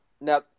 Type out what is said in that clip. Now